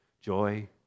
Joy